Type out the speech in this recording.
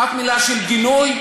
אף מילה של גינוי?